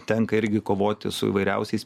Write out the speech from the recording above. tenka irgi kovoti su įvairiausiais